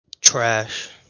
Trash